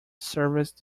service